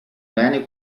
bene